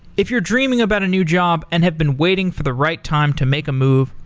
if you're dreaming about a new job and have been waiting for the right time to make a move,